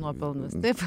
nuopelnas taip